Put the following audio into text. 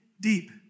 deep